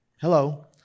hello